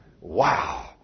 Wow